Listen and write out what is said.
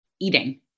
eating